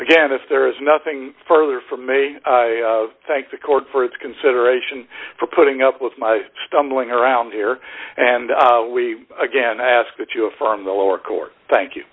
again if there is nothing further from may thank the court for its consideration for putting up with my stumbling around here and we again i ask that you affirm the lower court thank you